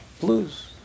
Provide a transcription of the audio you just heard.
blues